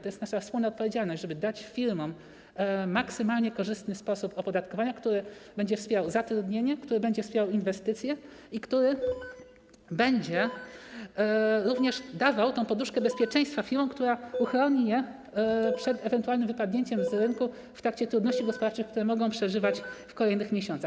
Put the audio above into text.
To jest nasza wspólna odpowiedzialność, żeby dać firmom maksymalnie korzystny sposób opodatkowania, który będzie wspierał zatrudnienie, który będzie wspierał inwestycje i który będzie również dawał firmom tę poduszkę bezpieczeństwa, która uchroni je przed ewentualnym wypadnięciem z rynku w trakcie trudności gospodarczych, które mogą przeżywać w kolejnych miesiącach.